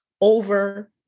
over